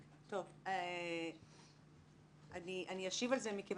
תבואו אלי ואני אתן לכם סעד.